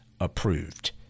approved